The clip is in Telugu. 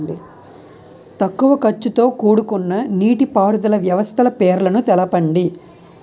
తక్కువ ఖర్చుతో కూడుకున్న నీటిపారుదల వ్యవస్థల పేర్లను తెలపండి?